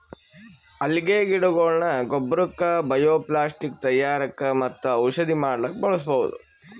ಅಲ್ಗೆ ಗಿಡಗೊಳ್ನ ಗೊಬ್ಬರಕ್ಕ್ ಬಯೊಪ್ಲಾಸ್ಟಿಕ್ ತಯಾರಕ್ಕ್ ಮತ್ತ್ ಔಷಧಿ ಮಾಡಕ್ಕ್ ಬಳಸ್ಬಹುದ್